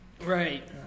Right